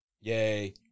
Yay